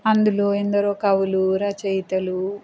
అందులో ఎందరో కవులు రచయితలు